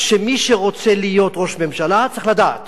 מי שרוצה להיות ראש הממשלה צריך לדעת